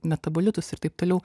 metabolitus ir taip toliau